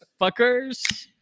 fuckers